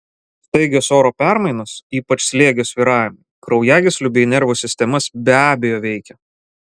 staigios oro permainos ypač slėgio svyravimai kraujagyslių bei nervų sistemas be abejo veikia